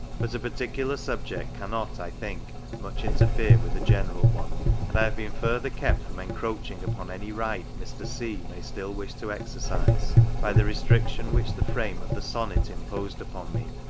but a particular subject cannot, i think, much interfere with a general one and i have been further kept from encroaching upon any right mr. c. may still wish to exercise, by the restriction which the frame of the sonnet imposed upon me,